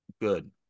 Good